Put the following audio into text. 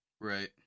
Right